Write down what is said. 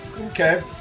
Okay